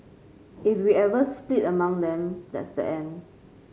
if we ever split along them that's the end